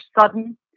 sudden